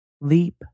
leap